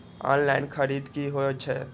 Online खरीद की होए छै?